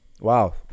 wow